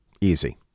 Easy